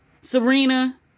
Serena